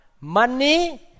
money